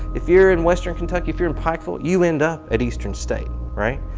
if you're in western kentucky, if you're in pikeville, you end up at eastern state, right?